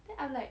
then I'm like